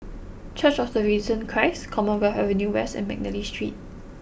church of the Risen Christ Commonwealth Avenue West and McNally Street